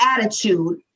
attitude